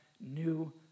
new